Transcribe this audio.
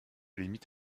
limite